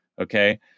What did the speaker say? okay